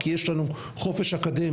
כי יש לנו חופש אקדמי,